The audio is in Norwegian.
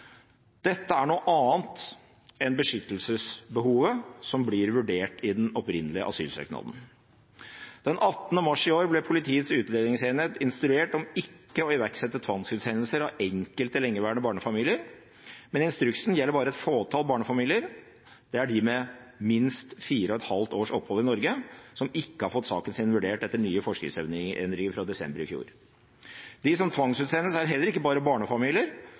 Dette er noe annet enn beskyttelsesbehovet som blir vurdert i den opprinnelige asylsøknaden. Den 18. mars i år ble Politiets utlendingsenhet instruert til ikke å iverksette tvangsutsendelser av enkelte lengeværende barnefamilier, men instruksen gjelder bare et fåtall barnefamilier – det er de med minst fire og et halvt års opphold i Norge som ikke har fått saken sin vurdert etter nye forskriftsendringer fra desember i fjor. De som tvangsutsendes, er heller ikke bare barnefamilier,